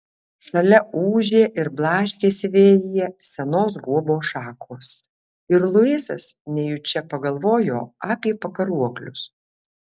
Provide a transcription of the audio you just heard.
šalia ūžė ir blaškėsi vėjyje senos guobos šakos ir luisas nejučia pagalvojo apie pakaruoklius